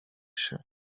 się